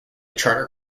charter